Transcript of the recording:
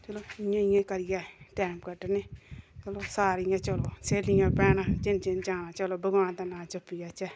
चलो इ'यां करियै टाइम कड्ढने चलो सारियां स्हेलियां भैना चलो जिन्नै जाना चलो भगवान दा नांऽ जप्पी आचै